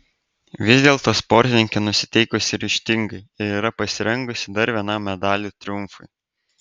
vis dėlto sportininkė nusiteikusi ryžtingai ir yra pasirengusi dar vienam medalių triumfui